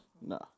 No